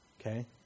okay